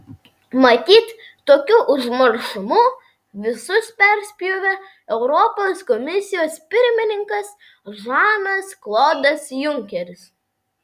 matyt tokiu užmaršumu visus perspjovė europos komisijos pirmininkas žanas klodas junkeris